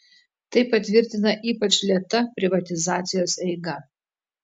tai patvirtina ypač lėta privatizacijos eiga